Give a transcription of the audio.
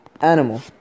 animal